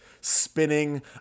spinning